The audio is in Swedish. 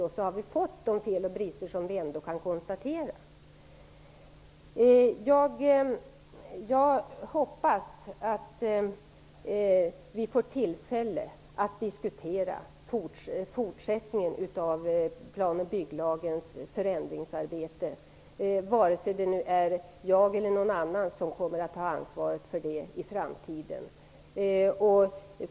På så sätt har vi fått de fel och brister som vi nu kan konstatera ändå finns. Jag hoppas att vi får tillfälle att diskutera det fortsatta arbetet med att förändra plan och bygglagen, antingen det blir jag eller någon annan som kommer att ha ansvaret för det i framtiden.